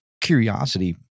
curiosity